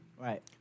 Right